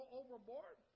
overboard